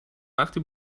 وقتی